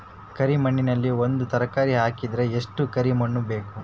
ಕರಿ ಮಣ್ಣಿನಲ್ಲಿ ಒಂದ ತರಕಾರಿ ಹಾಕಿದರ ಎಷ್ಟ ಕರಿ ಮಣ್ಣು ಬೇಕು?